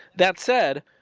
that said,